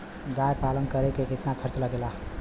गाय पालन करे में कितना खर्चा लगेला?